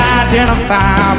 identify